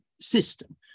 system